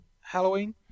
Halloween